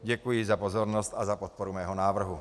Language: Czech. Děkuji za pozornost a za podporu mého návrhu.